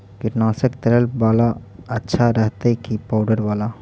कीटनाशक तरल बाला अच्छा रहतै कि पाउडर बाला?